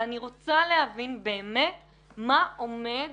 ואני רוצה להבין באמת מה עומד